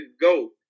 go